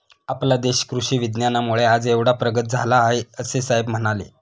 आपला देश कृषी विज्ञानामुळे आज एवढा प्रगत झाला आहे, असे साहेब म्हणाले